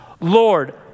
Lord